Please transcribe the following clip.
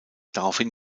daraufhin